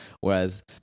Whereas